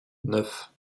neuf